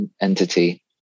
entity